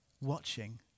watching